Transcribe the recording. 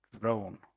drone